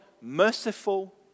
merciful